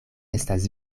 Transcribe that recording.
estas